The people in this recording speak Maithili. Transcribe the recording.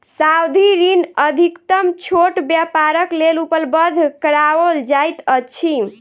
सावधि ऋण अधिकतम छोट व्यापारक लेल उपलब्ध कराओल जाइत अछि